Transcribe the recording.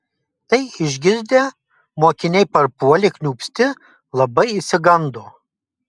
tai išgirdę mokiniai parpuolė kniūpsti labai išsigando